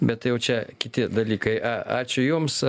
bet tai jau čia kiti dalykai a ačiū jums